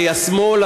השמאל,